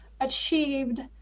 achieved